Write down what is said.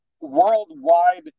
worldwide